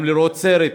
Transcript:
גם לראות סרט.